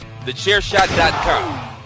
Thechairshot.com